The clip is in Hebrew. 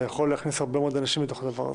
אתה יכול להכניס הרבה מאוד אנשים לתוך הדבר הזה.